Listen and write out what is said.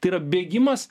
tai yra bėgimas